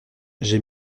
j’ai